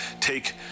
take